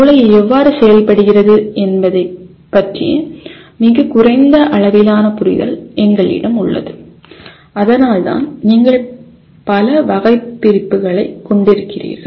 மூளை எவ்வாறு செயல்படுகிறது என்பதைப் பற்றிய மிகக் குறைந்த அளவிலான புரிதல் எங்களிடம் உள்ளது அதனால்தான் நீங்கள் பல வகைபிரிப்புகளைக் கொண்டிருக்கிறீர்கள்